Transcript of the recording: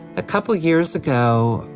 a couple of years ago,